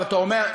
אבל אתה אומר,